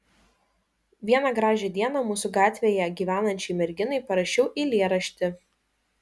vieną gražią dieną mūsų gatvėje gyvenančiai merginai parašiau eilėraštį